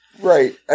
Right